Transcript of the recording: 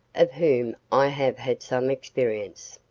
of whom i have had some experience.